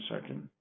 second